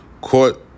court